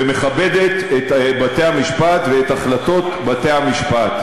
ומכבדת את בתי-המשפט ואת החלטות בתי-המשפט.